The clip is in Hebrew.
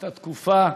את התקופה.